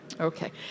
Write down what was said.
Okay